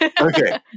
Okay